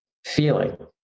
feeling